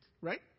right